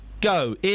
go